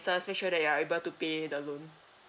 ~ces make sure that you are able to pay the loan